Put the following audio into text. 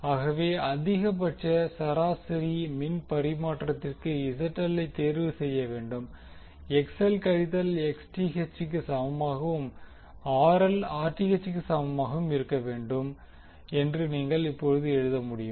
ஆகவே அதிகபட்ச சராசரி மின் பரிமாற்றத்திற்கு ZL ஐத் தேர்வு செய்ய வேண்டும் XL கழித்தல் Xth க்கு சமமாகவும் RL Rth க்கு சமமாகவும் இருக்க வேண்டும் என்று நீங்கள் இப்போது எழுத முடியும்